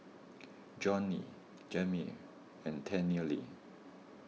Johney Jameel and Tennille